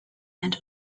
and